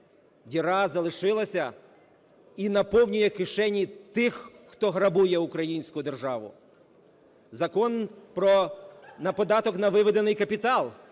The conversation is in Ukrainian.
діра залишилася і наповнює кишені тих, хто грабує українську державу; Закон про... на податок на виведений капітал,